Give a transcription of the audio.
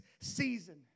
season